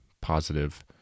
positive